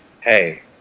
Hey